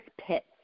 pits